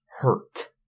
hurt